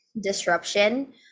disruption